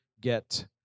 get